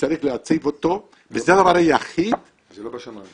שצריך להציב אותו ו --- וזה לא בשמים.